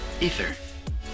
Ether